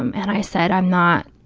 um and i said, i'm not,